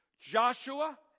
Joshua